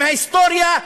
עם ההיסטוריה,